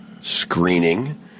screening